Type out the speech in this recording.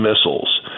missiles